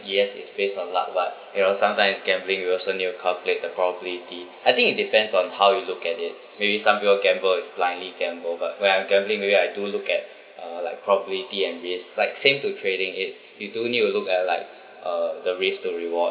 yes it's base on luck but you know sometimes in gambling you also need to calculate the probability I think it depends on how you look at it maybe some people gamble is blindly gamble but when I'm gambling maybe I do look at uh like probability and risk like same to trading it's you do need to look at like uh the risk to reward